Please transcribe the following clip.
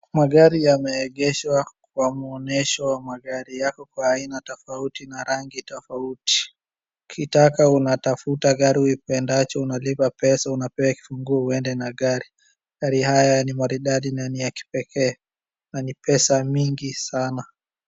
Magari yameegeshwa kwa muonyesho ya magari. Yako kwa aina tofauti na rangi tofauti. Ukitaka unatafuta gari uipendacho unalipa pesa unapewa kifunguo uede na gari. Magari haya ni ya maridadi na ni ya kipekee na ni pesa mingi sana.